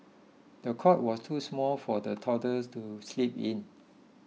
the cot was too small for the toddler to sleep in